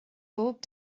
bob